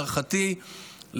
להערכתי,